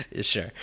Sure